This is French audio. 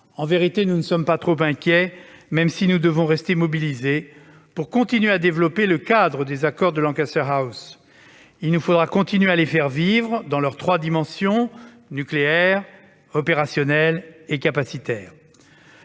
de défense, nous ne sommes pas trop inquiets, même si nous devons rester mobilisés pour continuer de développer le cadre des accords de Lancaster House. Il faudra continuer à faire vivre ces accords dans leurs trois dimensions : nucléaire, opérationnelle et capacitaire.